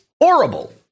horrible